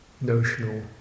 notional